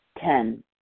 Ten